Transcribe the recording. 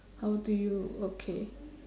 how do you okay